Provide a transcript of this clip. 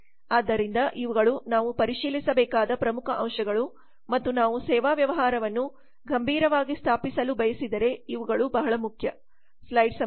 ಆದ್ದರಿಂದ ಇವುಗಳು ನಾವು ಪರಿಶೀಲಿಸಬೇಕಾದ ಪ್ರಮುಖ ಅಂಶಗಳು ಮತ್ತು ನಾವು ಸೇವಾ ವ್ಯವಹಾರವನ್ನು ಗಂಭೀರವಾಗಿ ಸ್ಥಾಪಿಸಲು ಬಯಸಿದರೆ ಇವುಗಳು ಬಹಳ ಮುಖ್ಯ